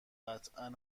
قطعا